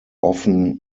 often